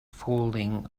falling